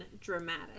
dramatic